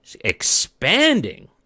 expanding